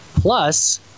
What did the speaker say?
Plus